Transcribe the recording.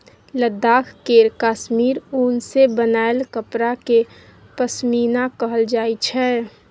लद्दाख केर काश्मीर उन सँ बनाएल कपड़ा केँ पश्मीना कहल जाइ छै